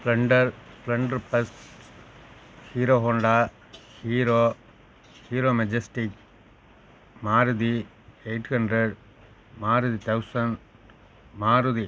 Splendor Splendor first Hero Honda Hero Hero Majestic Maruti eight hundred Maruti thousand Maruti